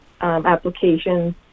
applications